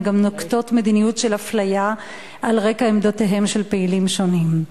הן גם נוקטות מדיניות של אפליה על רקע עמדותיהם של פעילים שונים.